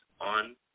on